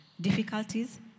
Difficulties